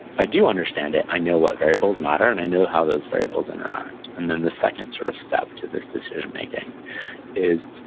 if i do understand it, i know what variables matter and i know how those variables interact, and then the second sort of step to this decision making is,